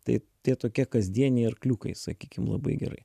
tai tie tokie kasdieniai arkliukai sakykim labai gerai